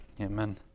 Amen